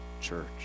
church